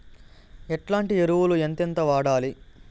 ఎట్లాంటి ఎరువులు ఎంతెంత వాడాలి?